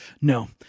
no